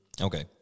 Okay